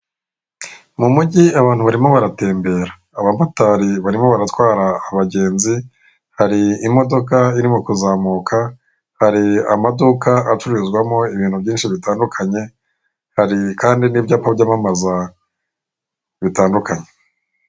Mu mugi abantu barimo baratembera. Abamotari barimo baratara abagenzi, hari imodoka irimo kuzamuka, hari amaduka acuruza ibintu byinshi bitandukanye, hari n'ibyapa byamamaza bitandukanye.